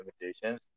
limitations